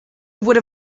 would